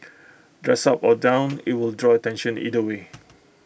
dressed up or down IT will draw attention either way